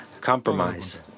compromise